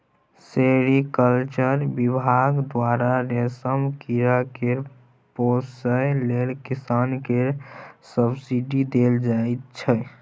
sericulture बिभाग द्वारा रेशम कीरा केँ पोसय लेल किसान केँ सब्सिडी देल जाइ छै